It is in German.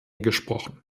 gesprochen